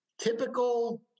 typical